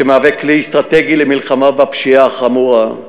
שמהווה כלי אסטרטגי למלחמה בפשיעה החמורה.